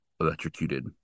electrocuted